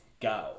go